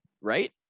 right